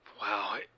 Wow